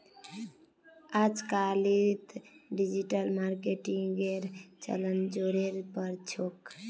अजकालित डिजिटल मार्केटिंगेर चलन ज़ोरेर पर छोक